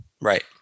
Right